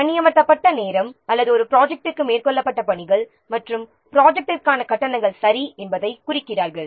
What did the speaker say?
பணியமர்த்தப்பட்ட நேரம் அல்லது ஒரு ப்ரொஜெக்ட்டிற்கு மேற்கொள்ளப்பட்ட பணிகள் மற்றும் ப்ரொஜெக்ட்டிற்கான கட்டணங்கள் சரி என்பதைக் குறிக்கிறார்கள்